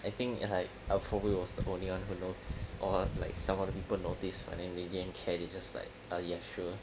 I think like I probably was the only one who noticed or like some other people notice but they didn't care they just like uh ya sure